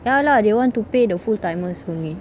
ya lah they want to pay the full timers only